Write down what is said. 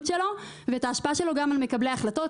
שלו ואת ההשפעה שלו גם על מקבלי ההחלטות.